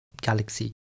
Galaxy